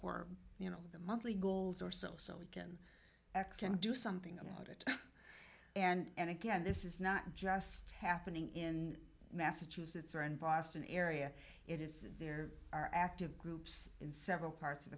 or you know the monthly goals or so so we can can do something about it and again this is not just happening in massachusetts or in boston area it is there are active groups in several parts of